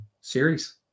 series